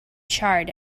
charred